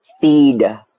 feed